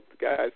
guy's